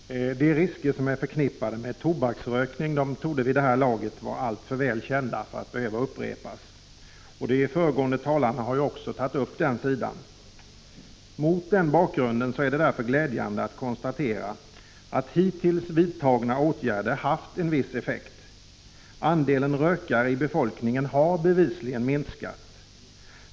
Fru talman! De risker som är förknippade med tobaksrökning torde vid det här laget vara alltför väl kända för att argumentationen skall behöva upprepas. Dessa risker har ju också tagits upp i de föregående talarnas anföranden. Mot den här bakgrunden är det därför glädjande att konstatera att hittills vidtagna åtgärder haft en viss effekt. Andelen rökare i befolknimgen har bevisligen minskat.